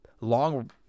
Long